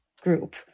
group